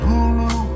Hulu